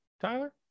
Tyler